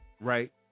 right